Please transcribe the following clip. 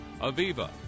Aviva